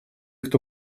кто